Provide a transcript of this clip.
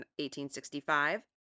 1865